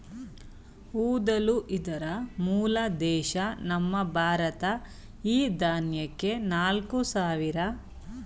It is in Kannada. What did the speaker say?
ಊದಲು ಇದರ ಮೂಲ ದೇಶ ನಮ್ಮ ಭಾರತ ಈ ದಾನ್ಯಕ್ಕೆ ನಾಲ್ಕು ಸಾವಿರ ವರ್ಷಗಳ ಇತಿಹಾಸವಯ್ತೆ